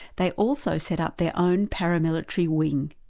they also set up their own para-military wing.